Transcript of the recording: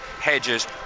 Hedges